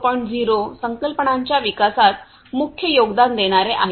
0 संकल्पनांच्या विकासात मुख्य योगदान देणारे आहेत